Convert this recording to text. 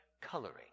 coloring